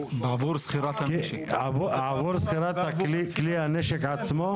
עבור שכירת כלי הנשק עצמו?